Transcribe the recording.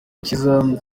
cyiza